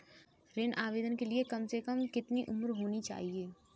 ऋण आवेदन के लिए कम से कम कितनी उम्र होनी चाहिए?